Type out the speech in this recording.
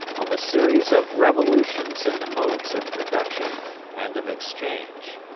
of a series of revolutions in the modes of production and of exchange.